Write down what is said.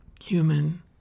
human